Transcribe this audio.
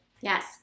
Yes